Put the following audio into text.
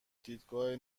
دیدگاه